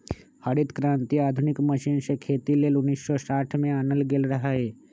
हरित क्रांति आधुनिक मशीन से खेती लेल उन्नीस सौ साठ में आनल गेल रहै